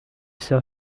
sœur